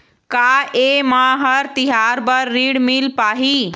का ये म हर तिहार बर ऋण मिल पाही?